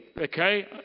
okay